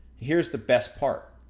here's the best part,